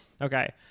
Okay